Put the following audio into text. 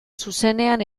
zuzenean